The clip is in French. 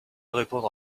répondre